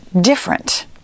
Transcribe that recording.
different